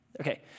Okay